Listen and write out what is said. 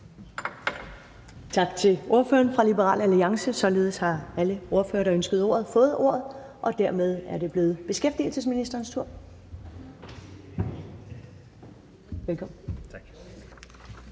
Tak til ordføreren fra Liberal Alliance. Således har alle ordførere, der ønskede ordet, fået ordet, og dermed er det blevet beskæftigelsesministerens tur. Kl.